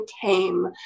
came